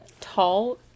tall